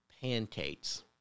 pancakes